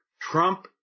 Trump